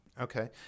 Okay